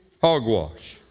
Hogwash